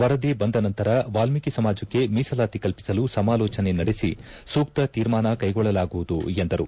ವರದಿ ಬಂದ ನಂತರ ವಾಲ್ಮೀಕ ಸಮಾಜಕ್ಕೆ ಮೀಸಲಾತಿ ಕಲ್ಪಿಸಲು ಸಮಾಲೋಚನೆ ನಡೆಸಿ ಸೂಕ್ತ ತೀರ್ಮಾನ ಕೈಗೊಳ್ಳಲಾಗುವುದು ಎಂದರು